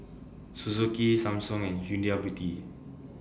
Suzuki Samsung and Huda Beauty